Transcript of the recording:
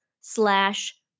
slash